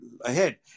ahead